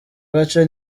gace